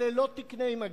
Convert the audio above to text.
אלה לא תקני מג"ב.